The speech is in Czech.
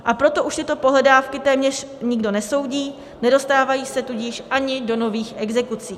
A proto už tyto pohledávky téměř nikdo nesoudí, nedostávají se tudíž ani do nových exekucí.